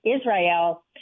Israel